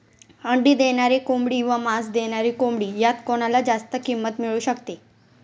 अंडी देणारी कोंबडी व मांस देणारी कोंबडी यात कोणाला जास्त किंमत मिळू शकते?